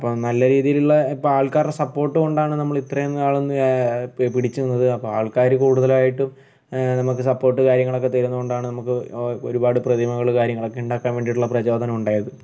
അപ്പം നല്ല രീതിയിലുള്ള ഇപ്പം ആൾക്കാരുടെ സപ്പോർട്ട് കൊണ്ടാണ് നമ്മളിത്രയും നാളും പിടിച്ച് നിന്നത് അപ്പം ആൾക്കാർ കൂടുതലായിട്ടും നമുക്ക് സപ്പോർട്ട് കാര്യങ്ങളൊക്കെ തരുന്നത് കൊണ്ടാണ് നമുക്ക് ഒരുപാട് പ്രതിമകൾ കാര്യങ്ങളൊക്കെ ഉണ്ടാക്കാൻ വേണ്ടീട്ട് പ്രചോദനം ഉണ്ടായത്